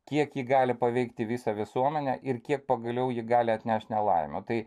kiek ji gali paveikti visą visuomenę ir kiek pagaliau ji gali atnešt nelaimių tai